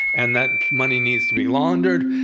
and that money needs to be laundered,